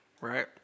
right